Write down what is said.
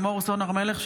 לימור סון הר מלך,